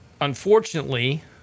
unfortunately